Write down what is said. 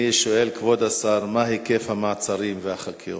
רצוני לשאול: 1. מה הוא היקף המעצרים והחקירות?